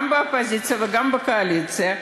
גם באופוזיציה וגם בקואליציה,